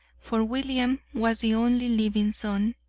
for william was the only living son,